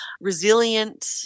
resilient